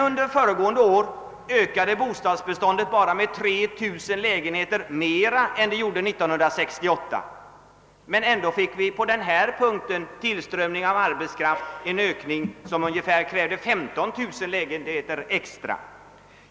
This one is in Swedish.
Under föregående år ökade bostadsbeståndet med 3 000 lägenheter mer än 1968, men tillströmningen av arbetskraft krävde 15 000 lägenheter extra.